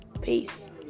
Peace